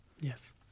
Yes